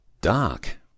dark